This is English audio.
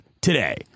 today